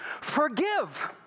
Forgive